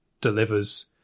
delivers